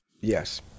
Yes